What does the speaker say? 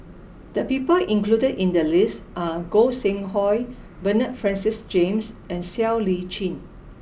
the people included in the list are Gog Sing Hooi Bernard Francis James and Siow Lee Chin